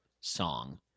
song